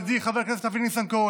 ידידי חבר הכנסת אבי ניסנקורן,